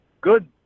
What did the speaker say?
good